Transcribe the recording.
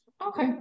Okay